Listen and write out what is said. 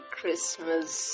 Christmas